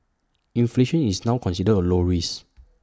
inflation is now considered A low risk